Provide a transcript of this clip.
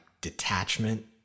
detachment